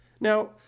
Now